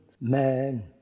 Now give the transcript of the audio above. man